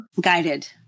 Guided